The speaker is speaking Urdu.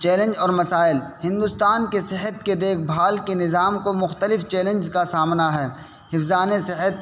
چیلنج اور مسائل ہندوستان کے صحت کے دیکھ بھال کے نظام کو مختلف چیلنج کا سامنا ہے حفظان صحت